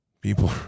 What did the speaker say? People